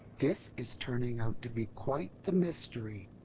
this is turning out to be quite the mystery.